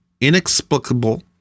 inexplicable